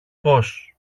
πώς